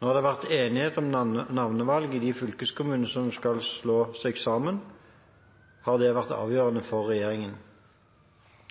det har vært enighet om navnevalg i fylkeskommunene som skal slås sammen, har dette vært avgjørende for regjeringen.